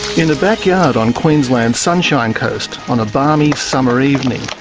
in a backyard on queensland's sunshine coast, on a balmy summer evening,